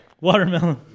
watermelon